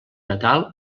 natal